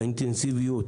האינטנסיביות,